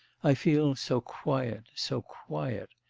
i feel so quiet, so quiet.